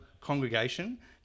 congregation